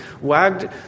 wagged